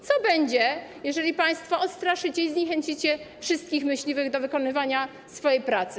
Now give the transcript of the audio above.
Co będzie, jeżeli państwo odstraszycie i zniechęcicie wszystkich myśliwych do wykonywania swojej pracy?